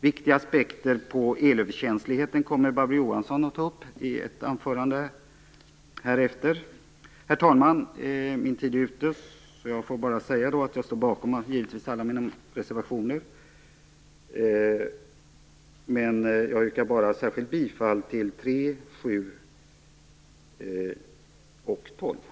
Viktiga aspekter på elöverkänsligheten kommer Barbro Johansson att ta upp i ett anförande senare. Herr talman! Eftersom min tid är ute får jag säga att jag givetvis står bakom alla mina reservationer, men jag yrkar bara särskilt bifall till reservationerna